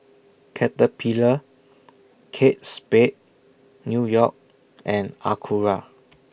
Caterpillar Kate Spade New York and Acura